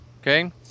Okay